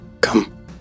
come